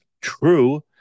true